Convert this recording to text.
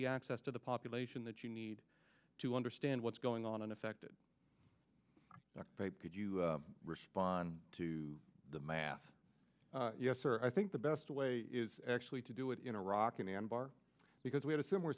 the access to the population that you need to understand what's going on in affected could you respond to the math yes or i think the best way is actually to do it in iraq in anbar because we had a similar